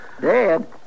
Dead